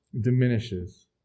diminishes